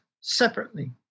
separately